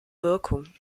wirkung